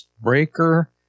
breaker